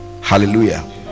hallelujah